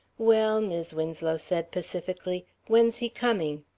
well, mis' winslow said pacifically, when's he coming?